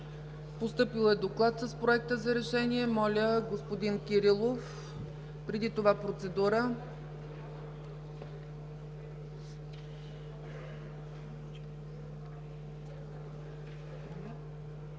Постъпил е доклад с Проекта за решение. Моля, господин Кирилов. Преди това процедура.